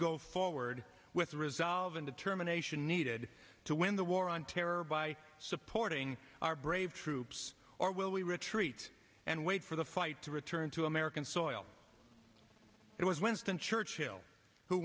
go forward with the results in the terminations needed to win the war on terror by supporting our brave troops or will we retreat and wait for the fight to return to american soil it was winston churchill who